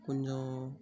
கொஞ்சம்